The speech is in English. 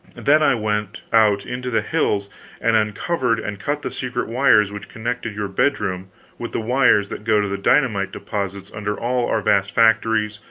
then i went out into the hills and uncovered and cut the secret wires which connected your bedroom with the wires that go to the dynamite deposits under all our vast factories,